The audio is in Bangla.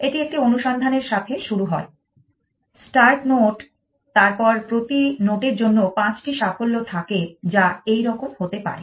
এটি একটি অনুসন্ধানের সাথে শুরু হয় স্টার্ট নোট তারপর প্রতি নোটের জন্য পাঁচটি সাফল্য থাকে যা এই রকম হতে পারে